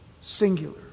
singular